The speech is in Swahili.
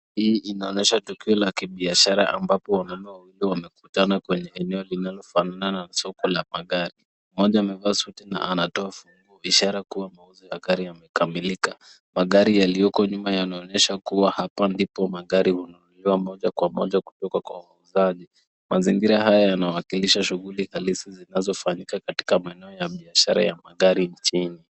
Hii inaonyesha tukio la kibishara ambapo wamama wawili wamekutana kwenye eneo linalofanana na soko la magari. Mmoja amevaa suti na anatoa funguo, ishara kuwa mauzo ya gari yamekamilika. Magari yaliyoko nyuma yanaonyesha kuwa hapa ndipo magari hununuliwa moja kwa moja kutoka kwa wauzaji. Mazngira haya yanawakilisha shughuli halisi zinazofanyika katika maeneo ya biashara ya magari nchini.